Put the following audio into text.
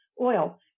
oil